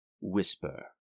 whisper